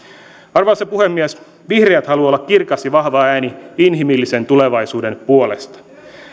arvoisa puhemies vihreät haluavat olla kirkas ja vahva ääni inhimillisen tulevaisuuden puolesta